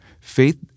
Faith